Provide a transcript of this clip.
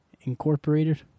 Incorporated